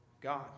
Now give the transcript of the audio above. God